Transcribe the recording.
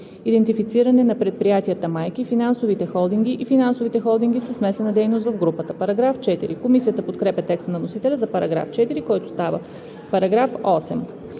идентифициране на предприятията майки, финансовите холдинги и финансовите холдинги със смесена дейност в групата.“ Комисията подкрепя текста на вносителя за § 4, който става § 8.